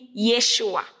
Yeshua